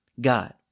God